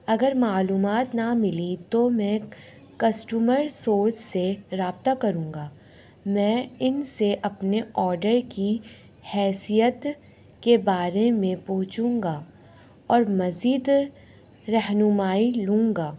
اگر معلومات نہ ملی تو میں کسٹمر سورس سے رابطہ کروں گا میں ان سے اپنے آڈر کی حیثیت کے بارے میں پہنچوں گا اور مزید رہنمائی لوں گا